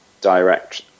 direct